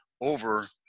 over